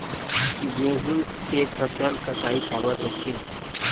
गेहूं के फसल कटाई काबर होथे?